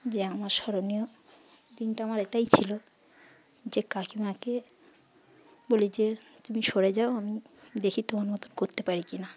যে আমার স্মরণীয় দিনটা আমার এটাই ছিলো যে কাকিমকে বলি যে তুমি সরে যাও আমি দেখি তোমার মতন করতে পারি কি না